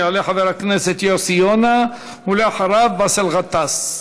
יעלה חבר הכנסת יוסי יונה, ואחריו, באסל גטאס.